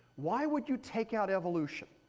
why would you take out evolution?